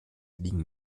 liegen